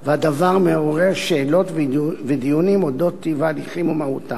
והדבר מעורר שאלות ודיונים על אודות טיב ההליכים ומהותם.